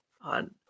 on